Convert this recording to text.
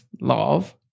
Love